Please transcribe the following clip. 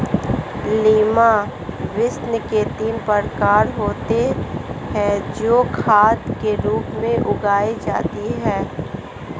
lima beans के तीन प्रकार होते हे जो खाद के रूप में उगाई जाती हें